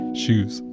shoes